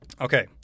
Okay